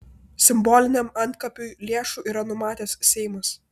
simboliniam antkapiui lėšų yra numatęs seimas